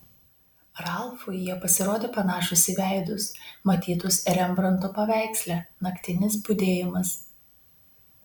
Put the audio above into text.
ralfui jie pasirodė panašūs į veidus matytus rembranto paveiksle naktinis budėjimas